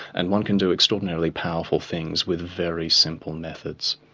and one can do extraordinarily powerful things with very simple methods.